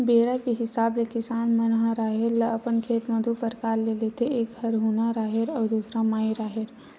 बेरा के हिसाब ले किसान मन ह राहेर ल अपन खेत म दू परकार ले लेथे एक हरहुना राहेर अउ दूसर माई राहेर